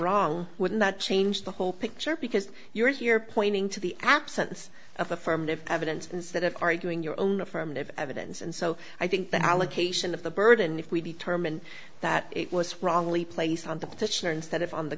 wrong would not change the whole picture because you're here pointing to the absence of affirmative evidence instead of arguing your own affirmative evidence and so i think the allocation of the burden if we determine that it was wrongly placed on the petitioner instead of on the